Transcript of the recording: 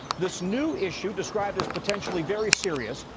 this new issue described as potentially very serious.